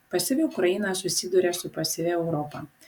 pasyvi ukraina susiduria su pasyvia europa